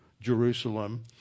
Jerusalem